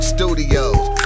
Studios